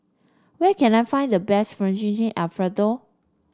where can I find the best Fettuccine Alfredo